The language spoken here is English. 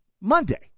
Monday